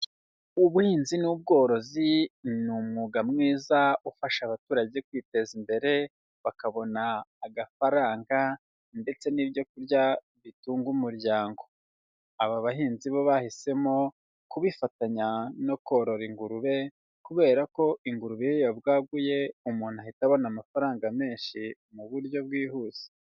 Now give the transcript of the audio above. Ubuhinzi n'ubworozi ni umwuga mwiza ufasha abaturage kwiteza imbere bakabona agafaranga ndetse n'ibyokurya bitunga umuryango, aba bahinzi bo bahisemo kubifatanya no korora ingurube, kubera ko ingurube iyo yabwaguye, umuntu ahita abona amafaranga menshi mu buryo bwihuse.